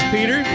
Peter